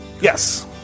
Yes